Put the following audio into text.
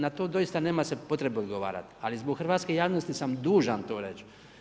Na to se doista nema se potrebe odgovarati, ali zbog hrvatske javnosti sam dužan to reć.